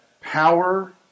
power